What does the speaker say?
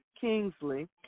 Kingsley